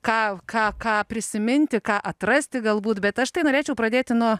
ką ką ką prisiminti ką atrasti galbūt bet aš tai norėčiau pradėti nuo